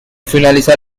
finalizar